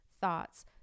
thoughts